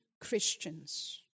Christians